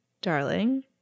darling